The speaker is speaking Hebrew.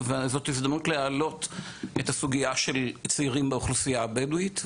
וזאת הזדמנות להעלות את הסוגיה של צעירים באוכלוסייה הבדואית,